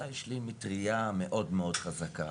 יש לי מטרייה מאוד מאוד חזקה,